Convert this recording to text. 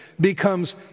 becomes